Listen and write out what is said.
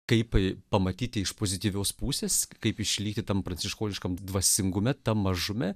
kaip pamatyti iš pozityvios pusės kaip išlydytam pranciškoniškame dvasingume tą mažume